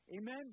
Amen